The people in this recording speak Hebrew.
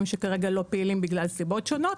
שכרגע לא פעילים בגלל סיבות שונות.